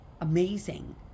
amazing